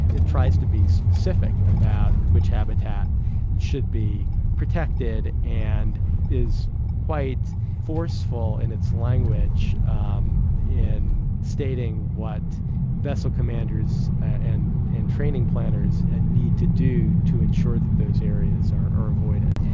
it tries to be specific about which habitat should be protected and is quite forceful in its language um in stating what vessel commanders and and training planners and need to do to ensure that those areas are are avoided.